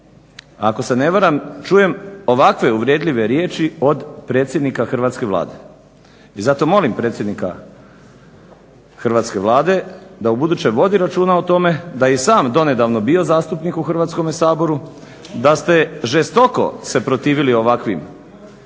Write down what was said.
ako se ne varam čujem ovakve uvredljive riječi od predsjednika hrvatske Vlade. I zato molim predsjednika hrvatske Vlade da u buduće vodi računa o tome da je i sam donedavno bio zastupnik u Hrvatskome saboru, da ste žestoko se protivili ovakvim